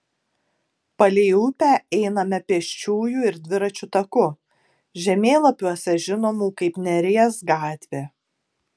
palei upę einame pėsčiųjų ir dviračių taku žemėlapiuose žinomų kaip neries gatvė